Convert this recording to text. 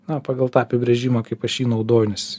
na pagal tą apibrėžimą kaip aš jį naudoju nes